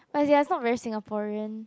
but they're not very Singaporean